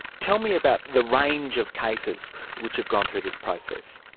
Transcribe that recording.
tell me about the range of cases which have gone through this process.